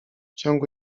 ciągu